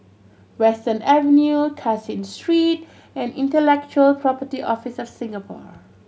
Western Avenue Caseen Street and Intellectual Property Office of Singapore